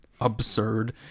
absurd